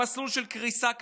המסלול של קריסה כלכלית,